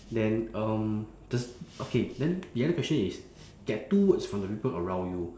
then um does okay then the other question is get two words from the people around you